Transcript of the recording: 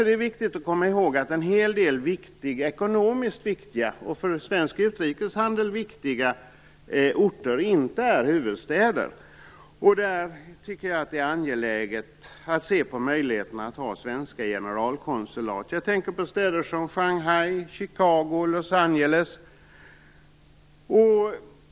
Det är viktigt att komma ihåg att en hel del ekonomiskt viktiga och för svensk utrikeshandel viktiga orter inte är huvudstäder. Det är därför angeläget att se på möjligheterna med svenska generalkonsulat på dessa orter. Jag tänker på städer som Shanghai, Chicago och Los Angeles.